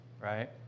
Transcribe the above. right